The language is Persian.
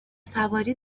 سواری